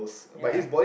ya